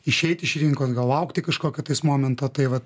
išeiti iš rinkos gal laukti kažkokio tais momento tai vat